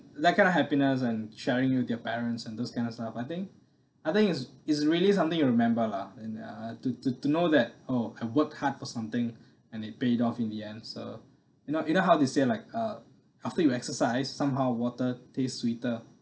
that kind of happiness and sharing with your parents and those kind of stuff I think I think it's it's really something you remember lah and uh to to to know that oh can work hard for something and it paid off in the end so you know you know how they say like uh after you exercise somehow water taste sweeter